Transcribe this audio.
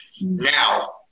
now